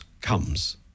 comes